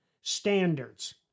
standards